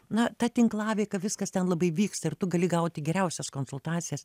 na ta tinklaveika viskas ten labai vyksta ir tu gali gauti geriausias konsultacijas